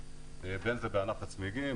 בין אם זה בענף הצמיגים,